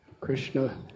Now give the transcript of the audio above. Krishna